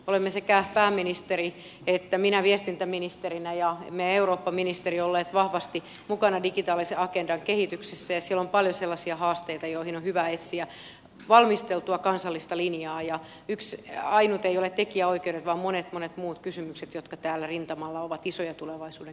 olemme sekä pääministeri että minä viestintäministerinä ja eurooppaministeri olleet vahvasti mukana digitaalisen agendan kehityksessä ja siellä on paljon sellaisia haasteita joihin on hyvä etsiä valmisteltua kansallista linjaa ja tekijänoikeudet eivät ole ainoita vaan on monia monia muita kysymyksiä jotka tällä rintamalla ovat isoja tulevaisuuden